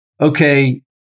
okay